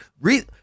read